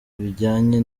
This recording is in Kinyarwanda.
bijyanye